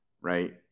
right